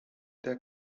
der